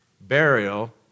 burial